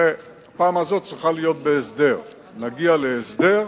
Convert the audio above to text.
והפעם הזאת צריכה להיות בהסדר, נגיע להסדר,